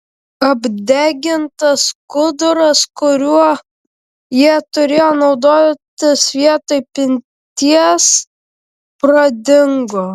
apdegintas skuduras kuriuo jie turėjo naudotis vietoj pinties pradingo